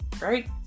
Right